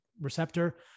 receptor